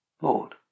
Lord